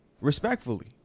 Respectfully